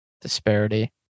disparity